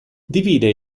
divide